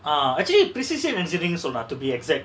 uh actually precision engineering ன்னு சொல்ரா:nu solraa to be exact